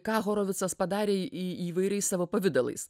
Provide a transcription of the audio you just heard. ką horovicas padarė įvairiais savo pavidalais